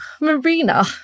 Marina